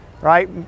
right